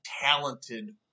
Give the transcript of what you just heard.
talented